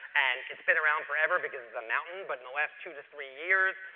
and it's been around forever because it's a mountain but in the last two to three years,